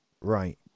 right